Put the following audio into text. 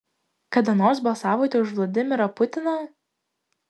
kada nors balsavote už vladimirą putiną